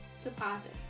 deposit